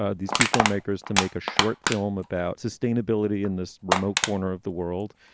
ah these two filmmakers to make a short film about sustainability in this remote corner of the world.